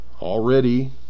already